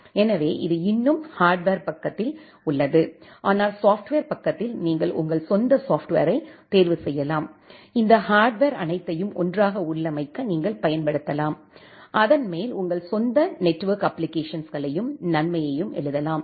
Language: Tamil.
எனவே இது இன்னும் ஹார்ட்வர் பக்கத்தில் உள்ளது ஆனால் சாப்ட்வர் பக்கத்தில் நீங்கள் உங்கள் சொந்த சாப்ட்வரைத் தேர்வுசெய்யலாம் இந்த ஹார்ட்வர் அனைத்தையும் ஒன்றாக உள்ளமைக்க நீங்கள் பயன்படுத்தலாம் அதன் மேல் உங்கள் சொந்த நெட்வொர்க் அப்ப்ளிகேஷன்ஸ்களையும் நன்மையையும் எழுதலாம்